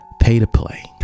pay-to-play